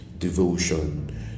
devotion